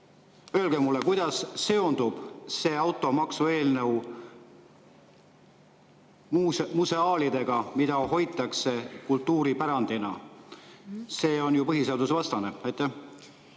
Öelge mulle, kuidas seondub automaksu eelnõu museaalidega, mida hoitakse kultuuripärandina. See on ju põhiseadusvastane. Jaa,